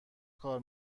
کار